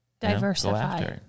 diversify